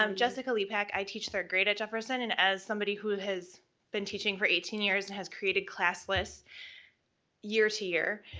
um jessica lipack, i teach third grade at jefferson, and as somebody who has been teaching for eighteen years, and has created class lists year-to-year,